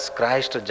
Christ